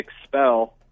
expel